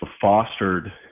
fostered